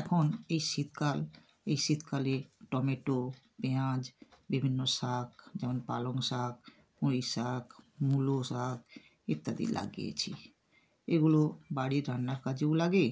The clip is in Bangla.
এখন এই শীতকাল এই শীতকালে টমেটো পেঁয়াজ বিভিন্ন শাক যেমন পালং শাক পুঁই শাক মুলো শাক ইত্যাদি লাগিয়েছি এগুলো বাড়ির রান্নার কাজেও লাগে